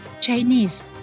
Chinese